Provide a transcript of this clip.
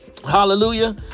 Hallelujah